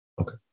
Okay